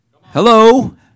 Hello